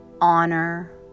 honor